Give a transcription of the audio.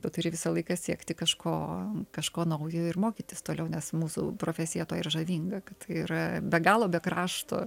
tu turi visą laiką siekti kažko kažko naujo ir mokytis toliau nes mūsų profesija tuo ir žavinga kad tai yra be galo be krašto